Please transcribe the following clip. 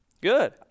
Good